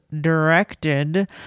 directed